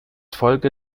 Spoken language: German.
folge